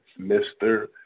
Mr